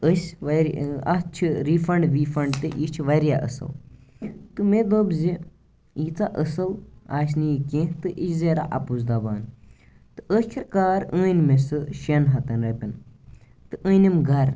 أسۍ وارِ اَتھ چھِ رِفَنٛڈ وفَنٛڈ تہٕ یہِ چھِ واریاہ اصٕل تہٕ مےٚ دوٚپ زِ ییٖژاہ اصٕل آسہِ نہٕ یہِ کیٚنٛہہ تہٕ یہِ چھُ زٲہرَہ اَپُز دَپان تہٕ ٲخِر کار أنۍ مےٚ سۄ شیٚن ہَتَن رۄپیَن تہٕ أنِم گَھرٕ